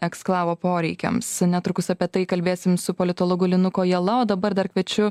eksklavo poreikiams netrukus apie tai kalbėsim su politologu linu kojala o dabar dar kviečiu